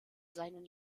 seinen